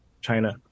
China